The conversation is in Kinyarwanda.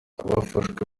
abafashwe